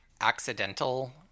accidental